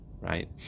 Right